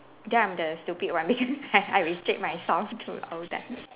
then I'm the stupid one because I I restrict my songs to old times